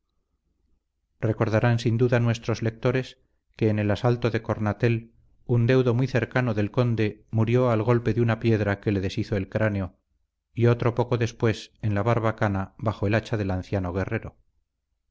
recordarán sin duda nuestros lectores que en el asalto de cornatel un deudo muy cercano del conde murió al golpe de una piedra que le deshizo el cráneo y otro poco después en la barbacana bajo el hacha del anciano guerrero